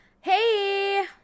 Hey